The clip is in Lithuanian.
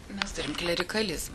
mes turim klerikalizmą